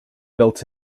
built